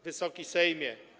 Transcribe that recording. Wysoki Sejmie!